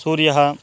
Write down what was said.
सूर्यः